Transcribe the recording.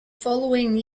following